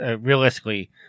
realistically